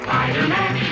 Spider-Man